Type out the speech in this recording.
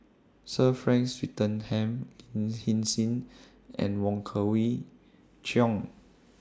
Sir Frank Swettenham Lin Hsin Hsin and Wong Kwei Cheong